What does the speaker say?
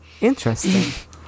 Interesting